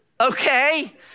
okay